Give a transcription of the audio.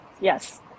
Yes